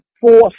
four